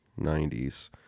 90s